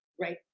right